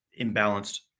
imbalanced